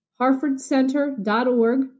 harfordcenter.org